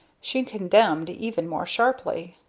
she condemned even more sharply.